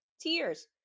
tears